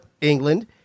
England